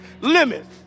limits